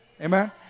Amen